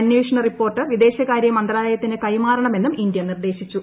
അന്വേഷണ റിപ്പോർട്ട് വിദേശകാര്യ മന്ത്രാലയത്തിന് കൈമാറണ മെന്നും ഇന്ത്യ നിർദ്ദേശിച്ചു